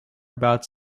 about